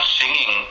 singing